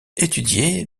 étudié